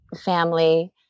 family